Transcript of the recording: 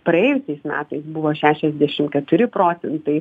praėjusiais metais buvo šešiasdešim keturi procentai